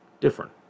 different